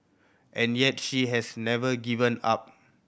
and yet she has never given up